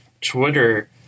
Twitter